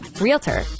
realtor